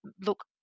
Look